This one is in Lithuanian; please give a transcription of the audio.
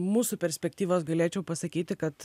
mūsų perspektyvos galėčiau pasakyti kad